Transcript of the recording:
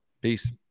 Peace